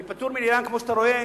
אני פטור, כמו שאתה רואה.